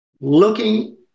looking